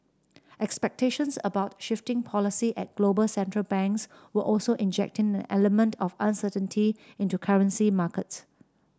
expectations about shifting policy at global central banks were also injecting an element of uncertainty into currency markets